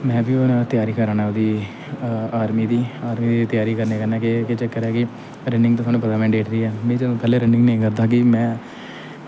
में बी हून त्यारी करा ना ओह्दी आर्मी दी आर्मी दी करने कन्नै केह् चक्कर ऐ कि रनिंग ते तोआनू पता ऐ मैनडेट्री ऐ पैह्लें रनिंग नेईं करदा हा कि में